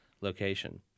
location